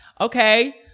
Okay